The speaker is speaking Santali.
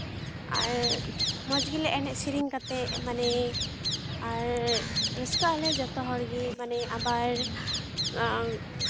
ᱟᱨ ᱢᱚᱡᱽ ᱜᱮᱞᱮ ᱮᱱᱮᱡ ᱥᱮᱨᱮᱧ ᱠᱟᱛᱮᱫ ᱢᱟᱱᱮ ᱟᱨ ᱨᱟᱹᱥᱠᱟᱹᱜ ᱟᱞᱮ ᱡᱚᱛᱚ ᱦᱚᱲ ᱜᱮ ᱢᱟᱱᱮ ᱟᱵᱟᱨ